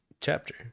chapter